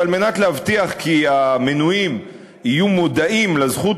וכדי להבטיח שהמנויים יהיו מודעים לזכות